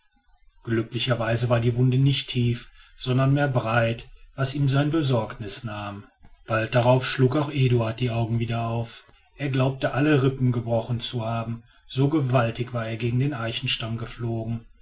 glücklicherweise war die wunde nicht tief sondern mehr breit was ihm seine besorgnis nahm bald darauf schlug auch eduard die augen wieder auf er glaubte alle rippen gebrochen zu haben so gewaltig war er gegen den eichenstamm geflogen